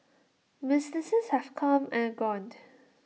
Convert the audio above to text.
businesses have come and gone